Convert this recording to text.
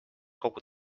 kogu